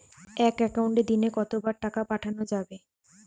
এক একাউন্টে দিনে কতবার টাকা পাঠানো যাবে?